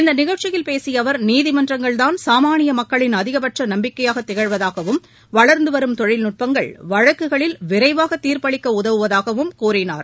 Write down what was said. இந்த நிகழ்ச்சியில் பேசிய அவர் நீதிமன்றங்கள் தான் சாமானிய மக்களின் அதிகபட்ச நம்பிக்கையாக திகழ்வதாகவும் வளர்ந்துவரும் தொழில்நுட்பங்கள் வழக்குகளில் விரைவாக தீர்ப்பளிக்க உதவுவதாகவும் அவர் கூறினார்